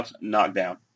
knockdown